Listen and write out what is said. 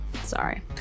sorry